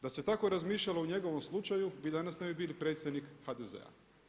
Da se tako razmišljalo u njegovom slučaju vi danas ne bi bili predsjednik HDZ-a.